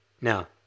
Now